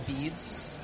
beads